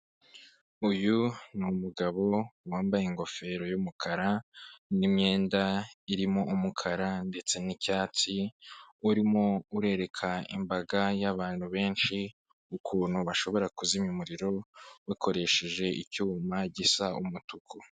Uyu ni umugabo wambaye ingofero y'umukara n'imyenda irimo umukara ndetse n'icyatsi, urimo urereka imbaga y'abantu benshi ukuntu bashobora kuzimya umuriro bakoresheje icyuma gisa umutuku.